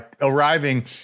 arriving